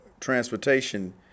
transportation